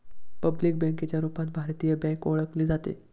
public बँकेच्या रूपात भारतीय बँक ओळखली जाते